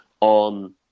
on